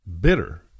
bitter